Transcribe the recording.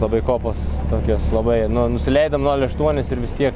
labai kopos tokios labai nu nusileidom nol aštuonis ir vis tiek